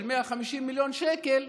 של 150 מיליון שקל,